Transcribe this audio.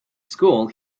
school